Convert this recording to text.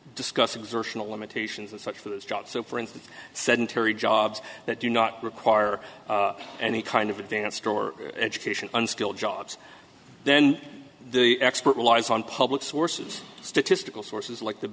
discuss exertional limitations and such for those jobs so for instance sedentary jobs that do not require any kind of advanced or education unskilled jobs then the expert relies on public sources statistical sources like the